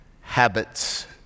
habits